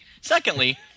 Secondly